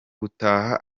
gutaha